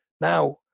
Now